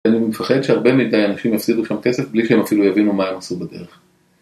אני מפחד שהרבה מידי אנשים יפסידו שם כסף בלי שהם אפילו יבינו מה הם עשו בדרך